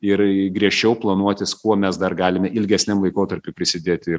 ir griežčiau planuotis kuo mes dar galime ilgesniam laikotarpiui prisidėti